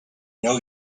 know